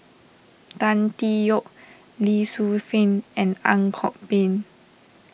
Tan Tee Yoke Lee Tzu Pheng and Ang Kok Peng